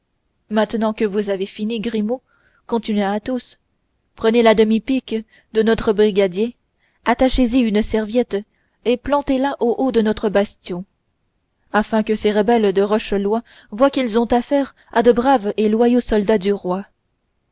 maintenant que vous avez fini grimaud continua athos prenez la demi pique de notre brigadier attachezy une serviette et plantez la au haut de notre bastion afin que ces rebelles de rochelois voient qu'ils ont affaire à de braves et loyaux soldats du roi